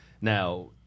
Now